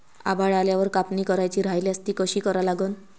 आभाळ आल्यावर कापनी करायची राह्यल्यास ती कशी करा लागन?